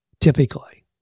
typically